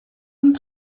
und